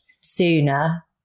sooner